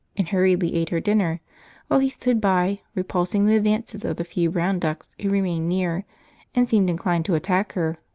and hurriedly ate her dinner while he stood by, repulsing the advances of the few brown ducks who remained near and seemed inclined to attack her.